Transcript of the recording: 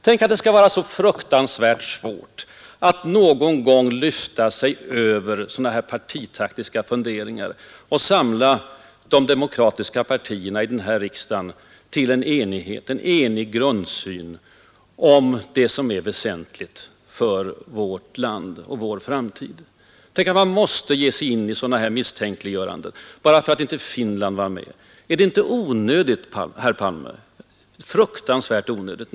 Tänk att det skall vara så fruktansvärt svårt att någon gång lyfta sig över partitaktiken och att samla de demokratiska partierna i riksdagen till enighet och en enig grundsyn beträffande det som är väsentligt för vårt land och vår framtid! Tänk att han måste ge sig in i sådana misstänkliggöranden, exempelvis för att jag inte nämnde Finland. Är det inte onödigt herr Palme? Det är fruktansvärt onödigt.